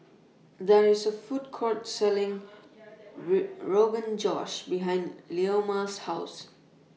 There IS A Food Court Selling Rogan Josh behind Leoma's House